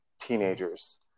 teenagers